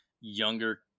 younger